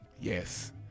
Yes